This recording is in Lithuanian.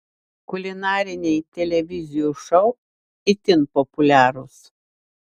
kulinariniai televizijų šou itin populiarūs